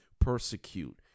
persecute